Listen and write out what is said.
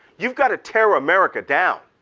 you've gotta tear america down,